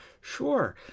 Sure